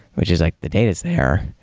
which is like the data is there.